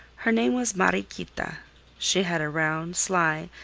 her name was mariequita. she had a round, sly,